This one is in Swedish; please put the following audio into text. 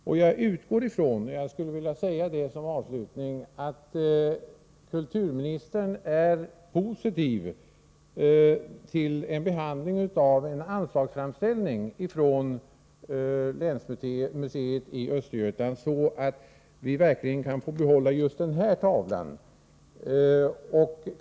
Vidare utgår jag från — och jag skulle vilja säga det som avslutning — att kulturministern är positiv till en anslagsframställning från länsmuseet i Östergötland, så att vi verkligen kan få behålla just den här tavlan.